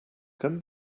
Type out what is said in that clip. can